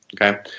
Okay